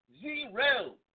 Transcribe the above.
Zero